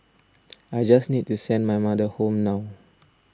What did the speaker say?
I just need to send my mother home now